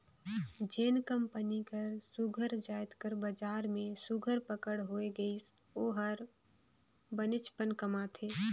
जेन कंपनी कर सुग्घर जाएत कर बजार में सुघर पकड़ होए गइस ओ हर बनेचपन कमाथे